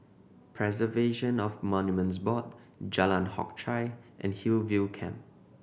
Preservation of Monuments Board Jalan Hock Chye and Hillview Camp